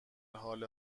حال